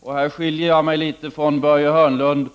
om att efterlysa det ena paketet efter det andra.